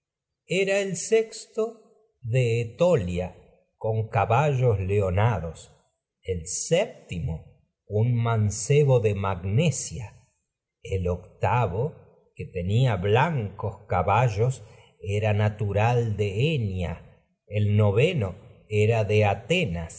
era el sexto con sus yeguas tesalia de etolia con caballos leona dos que el séptimo un mancebo de magnesia el octavo tenia blancos caballos era natural de enia era el no veno de atenas